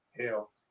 Hell